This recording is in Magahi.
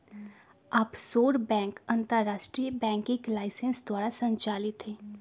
आफशोर बैंक अंतरराष्ट्रीय बैंकिंग लाइसेंस द्वारा संचालित हइ